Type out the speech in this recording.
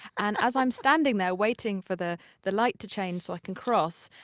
and as i'm standing there waiting for the the light to change so i can cross,